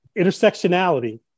intersectionality